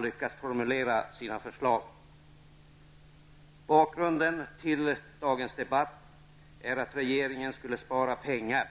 lyckats formulera sina förslag. Bakgrunden till dagens debatt är att regeringen skulle spara pengar.